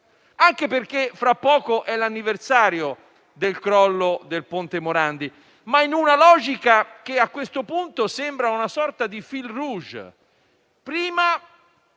anche perché fra poco è l'anniversario del crollo del ponte Morandi, in una logica che a questo punto sembra una sorta di *fil rouge*. E mi